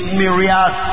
myriad